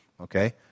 okay